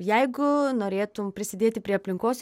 jeigu norėtum prisidėti prie aplinkos